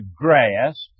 grasp